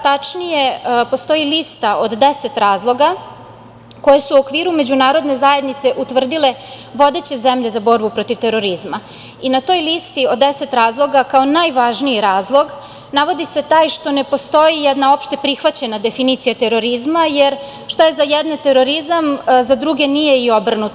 Tačnije, postoji lista od 10 razloga koji su u okviru međunarodne zajednice utvrdile vodeće zemlje za borbu protiv terorizma i na toj listi od 10 razloga, kao najvažniji razlog navodi se taj što ne postoji jedna opšte prihvaćena definicija terorizma, jer šta je za jedne terorizam za druge nije i obrnuto.